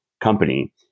company